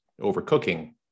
overcooking